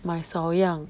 买少样